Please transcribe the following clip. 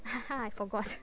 I forgot